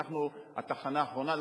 ואנחנו התחנה האחרונה.